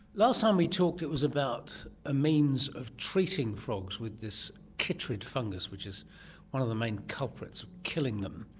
last time we talked it was about a means of treating frogs with this chytrid fungus, which is one of the main culprits killing them,